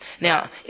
Now